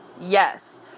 yes